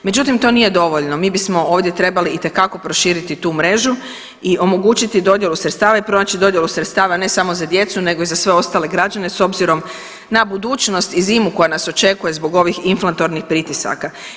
Međutim, to nije dovoljno, mi bismo ovdje trebali itekako proširiti tu mrežu i omogućiti dodjelu sredstava i pronaći dodjelu sredstava ne samo za djecu nego i za sve ostale građene s obzirom na budućnost i zimu koja nas očekuje zbog ovih inflatornih pritisaka.